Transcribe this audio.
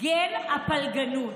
גן הפלגנות.